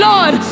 Lord